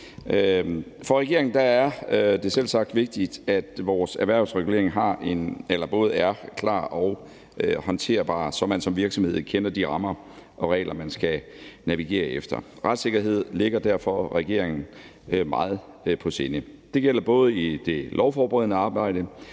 For regeringen er det er selvsagt vigtigt, at vores erhvervsregulering er både klar og håndterbar, så man som virksomhed kender de rammer og regler, man skal navigere efter. Retssikkerhed ligger derfor regeringen meget på sinde. Det gælder både i det lovforberedende arbejde,